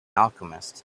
alchemist